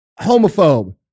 homophobe